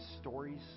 stories